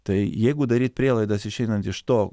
tai jeigu daryt prielaidas išeinant iš to